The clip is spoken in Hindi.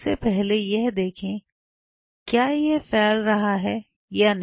सबसे पहले यह देखें क्या यह फैल रहा है या नहीं